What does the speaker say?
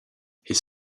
his